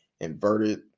inverted